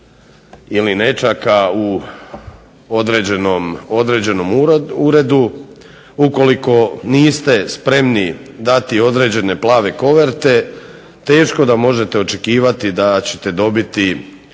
ili nećaka u određenom uredu, ukoliko niste spremni dati određene plave koverte, teško da možete očekivati da ćete dobiti